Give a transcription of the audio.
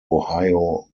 ohio